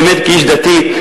באמת כאיש דתי,